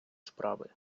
справи